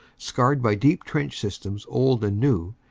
scarred by deep trench systems old and new,